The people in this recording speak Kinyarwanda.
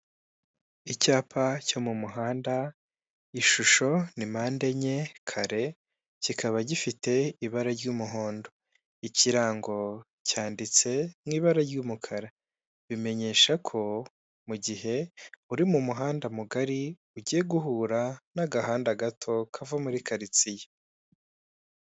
Akazu k'umuhondo gakorerwamo n'isosiyete y'itumanaho mu Rwanda ya emutiyene, harimo umugabo uhagaze witeguye guha serivisi abaza bamugana zirimo; kubitsa, kubikuza, cyangwa kohereza amafaranga.